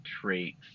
traits